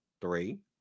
three